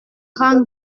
grand